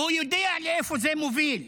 והוא יודע לאיפה זה מוביל,